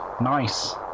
Nice